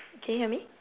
can you hear me